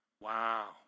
Wow